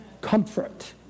Comfort